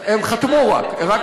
הם חתמו, רק.